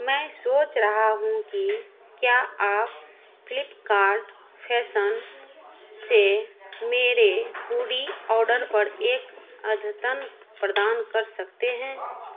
मैं सोच रहा हूँ कि क्या आप फ्लिपकार्ट फैशन से मेरे हूडी ऑर्डर पर एक अद्यतन प्रदान कर सकते हैं